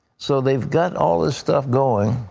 so they've got all this stuff going.